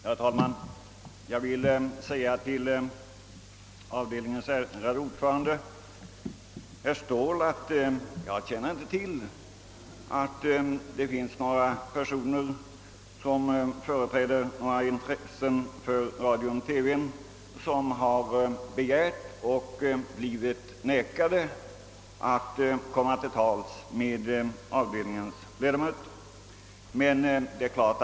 Herr talman! Jag vill säga till avdelningens ärade ordförande, herr Ståhl, att jag inte känner till att grupper som företräder några intressen för radio-TV har begärt att komma till tals med avdelningens ledamöter och blivit nekade.